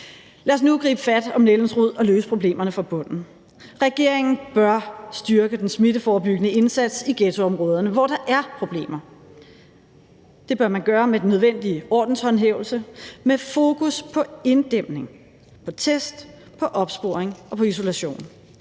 Lad os nu gribe fat om nældens rod og løse problemerne fra bunden. Regeringen bør styrke den smitteforebyggende indsats i ghettoområderne, hvor der er problemer. Det bør man gøre med den nødvendige ordenshåndhævelse med fokus på inddæmning og test og opsporing og isolation.